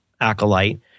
acolyte